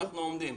עומדים?